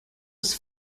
was